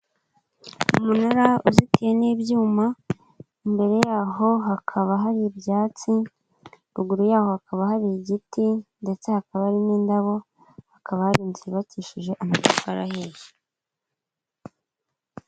Umunara uzitiye n'ibyuma imbere yaho hakaba hari ibyatsi, ruguru yaho hakaba hari igiti ndetse hakaba hari n'indabo hakaba hari inzubakishije amagufa araheye.